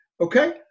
Okay